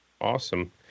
Awesome